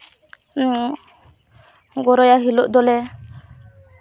ᱜᱚᱨᱚᱭᱟ ᱦᱤᱞᱳᱜ ᱫᱚᱞᱮ